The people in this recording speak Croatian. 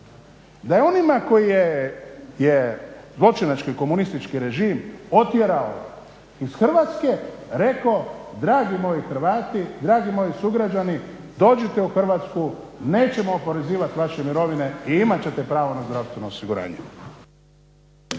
da onima koje je zločinački komunistički režim otjerao iz Hrvatske rekao dragi moji Hrvati, dragi moji sugrađani, dođite u Hrvatsku, nećemo oporezivati vaše mirovine i imat ćete pravo na zdravstveno osiguranje.